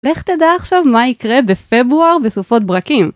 לך תדע עכשיו מה יקרה בפברואר בסופות ברקים.